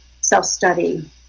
self-study